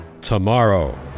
Tomorrow